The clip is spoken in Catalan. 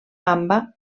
gamba